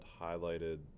highlighted